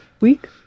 week